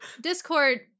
Discord